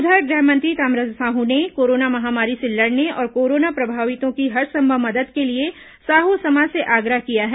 उधर गृहमंत्री ताम्रध्वज साहू ने कोरोना महामारी से लड़ने और कोरोना प्रभावितों की हरसंभव मदद के लिए साहू समाज से आग्रह किया है